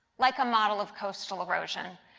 like a model of coastal erosion